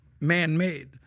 man-made